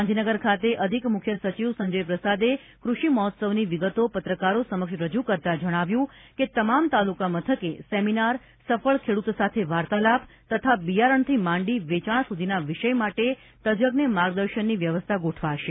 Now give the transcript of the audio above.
ગાંધીનગર ખાતે અધિક મુખ્ય સચિવ સંજયપ્રસાદે કૃષિ મહોત્સવની વિગતો પત્રકારો સમક્ષ રજૂ કરતા જણાવ્યું હતું કે તમામ તાલુકા મથકે સેમિનાર સફળ ખેડૂત સાથે વાર્તાલાપ તથા બિયારણથી માંડી વેચાણ સુધીના વિષય માટે તજજ્ઞ માર્ગદર્શનની વ્યવસ્થા ગોઠવાશે